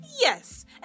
Yes